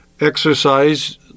exercise